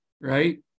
right